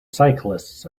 cyclists